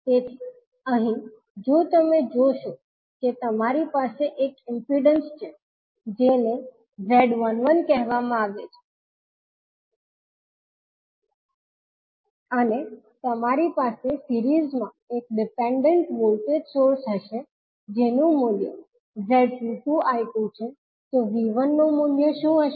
તેથી અહીં જો તમે જોશો કે તમારી પાસે એક ઇમ્પિડન્સ છે જેને Z11 કહેવામાં આવે છે અને તમારી પાસે સિરીઝ માં એક ડિપેન્ડન્ટ વોલ્ટેજ સોર્સ હશે જેનું મૂલ્ય Z22I2 છે તો V1 નું મૂલ્ય શું હશે